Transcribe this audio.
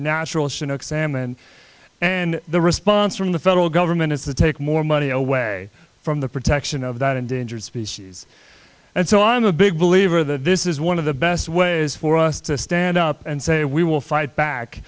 chinook salmon and the response from the federal government is to take more money away from the protection of that endangered species and so i'm a big believer that this is one of the best ways for us to stand up and say we will fight back